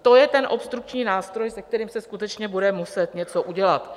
To je ten obstrukční nástroj, se kterým se skutečně bude muset něco udělat.